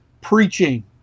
preaching